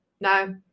no